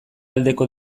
aldeko